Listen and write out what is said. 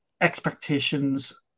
Expectations